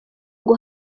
ngo